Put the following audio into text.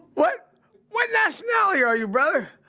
what what nationality are are you, brother?